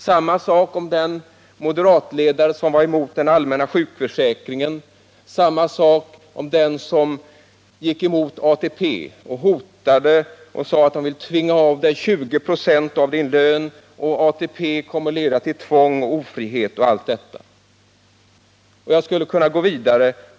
Samma sak gäller den moderatledare som var emot den allmänna sjukförsäkringen och gick emot ATP och hotade och sade: De vill tvinga av dig 20 96 av din lön, ATP kommer att leda till tvång och ofrihet, osv. Jag skulle kunna gå vidare.